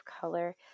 color